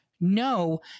No